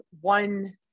one